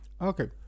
Okay